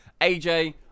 AJ